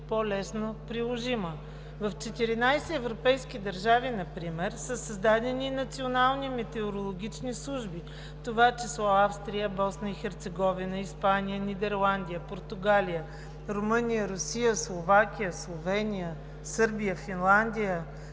по-лесно приложима. В четиринадесет европейски държави например са създадени национални метеорологични служби, в това число – Австрия, Босна и Херцеговина, Испания, Нидерландия, Португалия, Румъния, Русия, Словакия, Словения, Сърбия, Финландия,